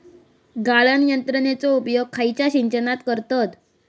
गाळण यंत्रनेचो उपयोग खयच्या सिंचनात करतत?